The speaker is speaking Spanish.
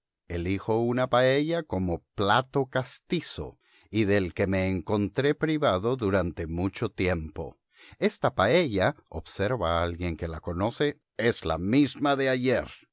elijo una paella como plato castizo y del que me encontré privado durante mucho tiempo esta paella observa alguien que la conoce es la misma de ayer